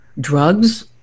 drugs